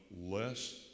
less